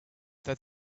that